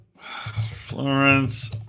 Florence